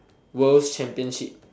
world championships